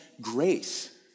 grace